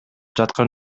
жаткан